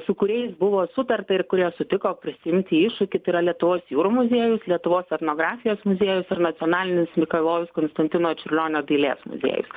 su kuriais buvo sutarta ir kurie sutiko prisiimti iššūkį tai yra lietuvos jūrų muziejus lietuvos etnografijos muziejus ar nacionalinės mikalojaus konstantino čiurlionio dailės muziejus